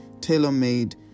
tailor-made